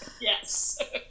yes